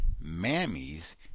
mammies